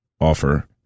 offer